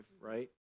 right